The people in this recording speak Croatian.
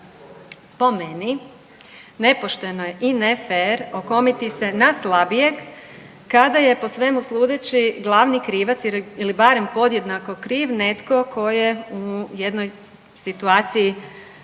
po meni nepošteno je i nefer okomiti se na slabijeg kada je po svemu sudeći glavni krivac ili barem podjednako kriv netko tko u jednoj situaciji